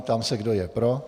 Ptám se, kdo je pro.